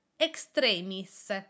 extremis